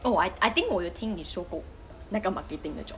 oh I I think 我有听你说过那个 marketing 的 job